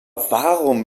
warum